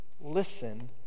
listen